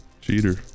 Cheater